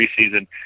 preseason